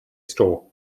store